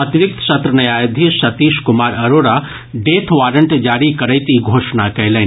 अतिरिक्त सत्र न्यायधीश सतीश कुमार अरोड़ा डेथ वारंट जारी करैत ई घोषणा कयलनि